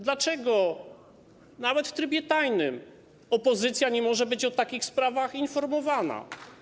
Dlaczego, nawet w trybie tajnym, opozycja nie może być o takich sprawach informowana?